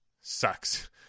sucks